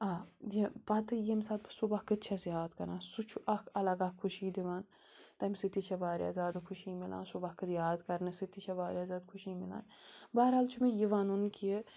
آ یہِ پَتہٕ ییٚمہِ ساتہٕ بہٕ سُہ وقت چھَس یاد کَران سُہ چھُ اَکھ اَلگ اَکھ خوشی دِوان تَمہِ سۭتۍ تہِ چھےٚ واریاہ زیادٕ خوشی مِلان سُہ وقت یاد کَرنہٕ سۭتۍ تہِ چھےٚ واریاہ زیادٕ خوشی مِلان بحر حال چھُ مےٚ یہِ وَنُن کہِ